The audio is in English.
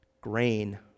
Grain